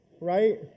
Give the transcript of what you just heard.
right